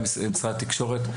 גם משרד התקשורת,